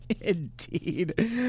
Indeed